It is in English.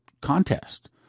contest